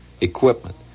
equipment